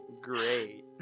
great